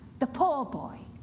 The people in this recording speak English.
the poor boy,